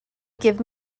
give